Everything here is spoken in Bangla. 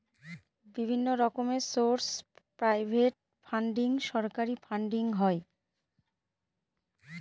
বিভিন্ন রকমের সোর্স প্রাইভেট ফান্ডিং, সরকারি ফান্ডিং হয়